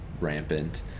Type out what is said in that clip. rampant